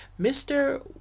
Mr